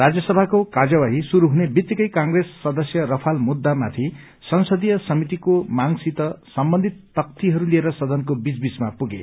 राज्यसभाको कार्यवाही शुरू हुने वित्तिकै कंप्रेस सदस्य रफाल मुद्दामाथि संसदीय समितिको मागसित सम्बन्धित तख्तीहरू लिएर सदनको बीच बीचमा पुगे